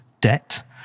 debt